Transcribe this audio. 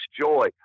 joy